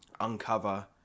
uncover